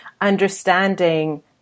understanding